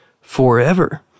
forever